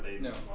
No